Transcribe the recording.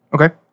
Okay